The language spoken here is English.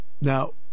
Now